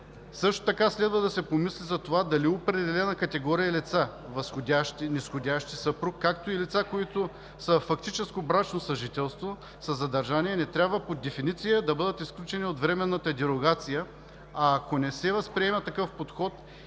цел. Следва да се помисли за това дали определена категория лица – възходящи, низходящи, съпруг, както и лица, които са във фактическо брачно съжителство, са задържани и не трябва по дефиниция да бъдат изключени от временната дерогация, а ако не се възприеме такъв подход